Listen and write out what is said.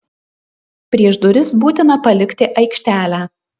prieš duris būtina palikti aikštelę